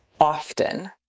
often